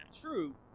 True